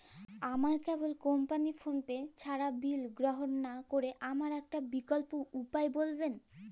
আমার cable company PhonePe ছাড়া bill গ্রহণ করে না বলে আমার একটা বিকল্প উপায় বলবেন?